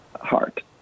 heart